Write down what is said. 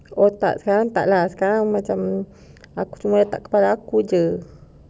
otak sekarang tak lah sekarang macam aku cuma tak kepala aku jer